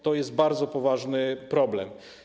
To jest bardzo poważny problem.